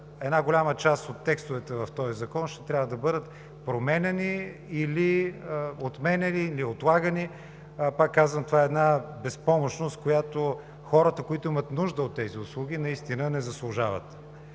една голяма част от текстовете в този закон ще трябва да бъдат променяни или отменяни, или отлагани. Пак казвам, това е една безпомощност, която хората, които имат нужда от тези услуги, наистина не заслужават.